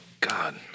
God